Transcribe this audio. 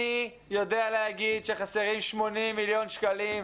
אני יודע להגיד שחסרים 80 מיליון שקלים,